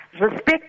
respect